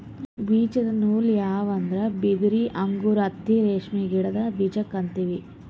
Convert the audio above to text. ಬೀಜದ ನೂಲ್ ಯಾವ್ ಅಂದ್ರ ಬಿದಿರ್ ಅಂಕುರ್ ಹತ್ತಿ ರೇಷ್ಮಿ ಗಿಡದ್ ಬೀಜಕ್ಕೆ ಅಂತೀವಿ